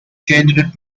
changed